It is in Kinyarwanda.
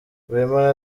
wema